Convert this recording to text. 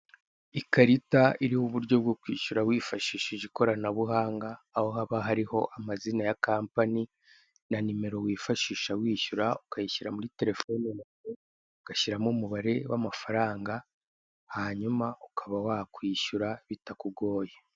Ikarita iriho uburyo bwo kwishyura wifashishije ikoranabuhanga, aho haba hariho amazina ya kampani na nimero wifashisha wishyura, ukayishyira muri terefoni, ugashyiramo umubare w'amafaranga hanyuma ukaba wakwishyura bitakugoye.